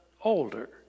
older